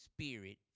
spirit